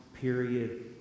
period